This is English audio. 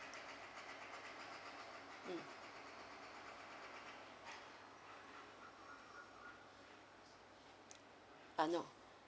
mm uh no